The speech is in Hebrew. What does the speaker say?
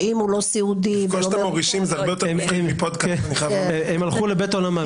שאם הוא לא סיעודי --- הם הלכו לבית עולמם.